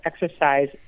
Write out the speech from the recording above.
exercise